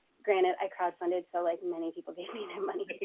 granted i crowdfunded so like many people gave me their money.